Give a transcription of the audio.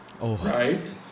right